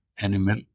animal